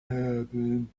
happen